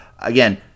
again